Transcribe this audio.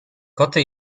koty